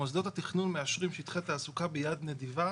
מוסדות התכנון מאשרים שטחי תעסוקה ביד נדיבה,